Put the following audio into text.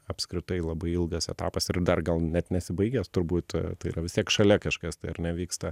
apskritai labai ilgas etapas ir dar gal net nesibaigęs turbūt tai yra vis tiek šalia kažkas tai ar ne vyksta